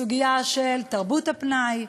בסוגיה של תרבות הפנאי,